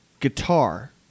Guitar